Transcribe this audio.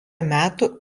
metų